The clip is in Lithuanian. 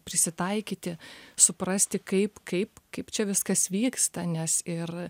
prisitaikyti suprasti kaip kaip kaip čia viskas vyksta nes ir